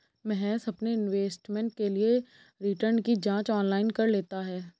महेश अपने इन्वेस्टमेंट के लिए रिटर्न की जांच ऑनलाइन कर लेता है